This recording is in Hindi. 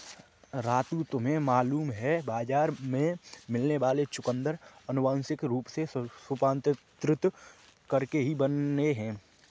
राजू तुम्हें मालूम है बाजार में मिलने वाले चुकंदर अनुवांशिक रूप से रूपांतरित करके ही बने हैं